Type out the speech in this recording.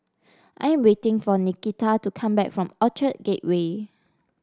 I am waiting for Nikita to come back from Orchard Gateway